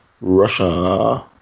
Russia